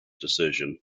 decision